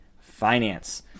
finance